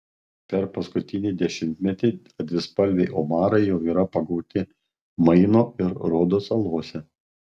per paskutinį dešimtmetį dvispalviai omarai jau yra pagauti maino ir rodo salose